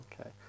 Okay